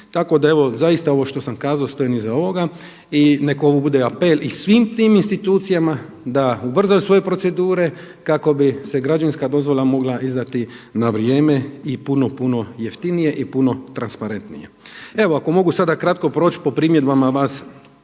Tako da evo zaista ovo što sam kazao stojim iza ovoga i neka ovo bude apel i svim tim institucijama da ubrzaju svoje procedure kako bi se građevinska dozvola mogla izdati na vrijeme i puno, puno jeftinije i puno transparentnije. Evo ako mogu sada kratko proći po primjedbama vas